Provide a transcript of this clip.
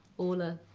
orla's